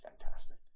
fantastic